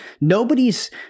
nobody's